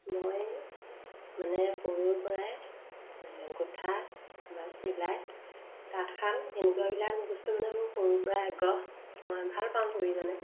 মই মানে সৰুৰপৰাই গোঁঠা বা চিলাই তাঁতশাল এনেকুৱাবিলাক বস্তু মানে মোৰ সৰুৰপৰাই আগ্ৰহ মই ভালপাওঁ কৰি মানে